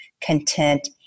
content